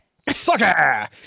Sucker